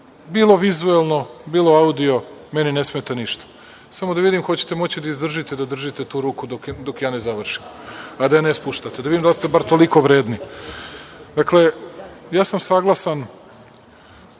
bilo vizuelno, bilo audio. Meni ne smeta ništa, samo da vidim hoćete li moći da izdržite da držite tu ruku dok ja ne završim, a da je ne spuštate da vidim, da li ste bar toliko vredni. Dakle, ja sam saglasan